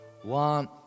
One